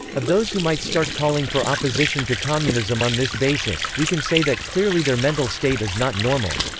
of those who might start calling for opposition to communism on this basis, we can say that clearly their mental state is not normal.